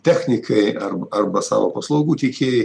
technikai ar arba savo paslaugų tiekėjai